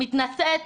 מתנשאת,